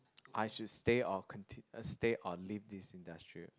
I should stay or continue stay or leave this industry